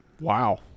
wow